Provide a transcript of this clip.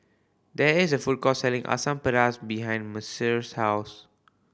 there is a food court selling Asam Pedas behind Mercer's house